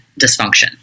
dysfunction